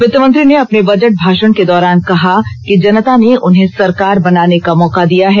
वित्त मंत्री ने अपने बजट भाषण के दौरान कहा कि जनता ने उन्हें सरकार बनाने का मौका दिया है